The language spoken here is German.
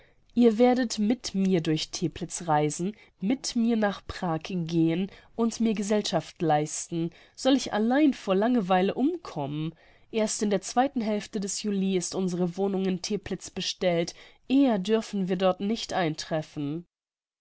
ihr werdet mit mir durch teplitz reisen mit mir nach prag gehen und mir gesellschaft leisten soll ich allein vor langerweile umkommen erst in der zweiten hälfte des juli ist unsere wohnung in teplitz bestellt eher dürfen wir dort nicht eintreffen